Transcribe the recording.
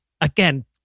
again